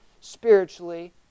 spiritually